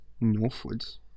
northwards